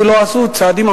כי לא עשו צעדים.